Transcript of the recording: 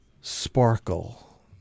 sparkle